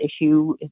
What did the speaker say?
issue